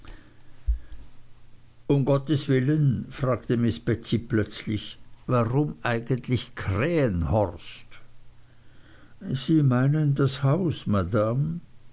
um gotteswillen fragte miß betsey plötzlich warum eigentlich krähenhorst sie meinen das haus madame